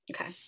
Okay